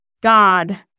God